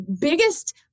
biggest